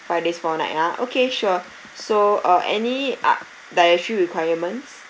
five days four night ah okay sure so uh any ah dietary requirements